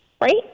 right